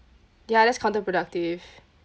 ya that's counterproductive